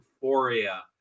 euphoria